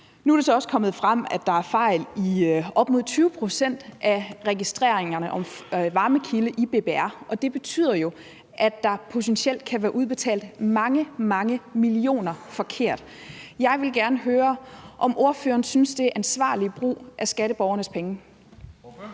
Nu er det så også kommet frem, at der er fejl i op mod 20 pct. af registreringerne af varmekilde i BBR, og det betyder jo, at der potentielt kan være udbetalt mange, mange millioner forkert. Jeg vil gerne høre, om ordføreren synes, det er ansvarlig brug af skatteborgernes penge.